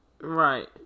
Right